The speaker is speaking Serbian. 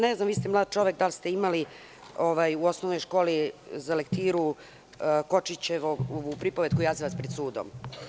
Ne znam, vi ste mlad čovek, da li ste imali u osnovnoj školi za lektiru Kočićevu pripovetku „Jazavac pred sudom“